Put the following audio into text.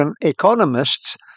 economists